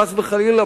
חס וחלילה,